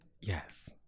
yes